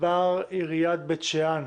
לגזבר עיריית בית שאן,